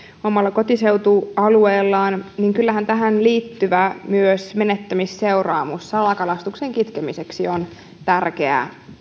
omalla kotiseutualueellaan vaan kyllähän tähän liittyvä menettämisseuraamus salakalastuksen kitkemiseksi on myös tärkeä